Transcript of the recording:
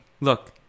look